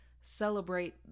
celebrate